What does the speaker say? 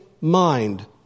mind